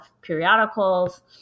periodicals